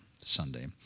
Sunday